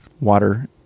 water